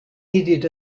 needed